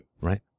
right